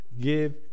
give